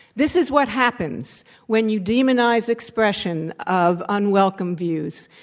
this is what happens when you demonize expression of unwelcome views.